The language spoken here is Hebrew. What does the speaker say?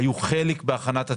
היו חלק בהכנת התכנית.